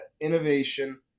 innovation